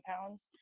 pounds